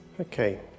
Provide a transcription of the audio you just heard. Okay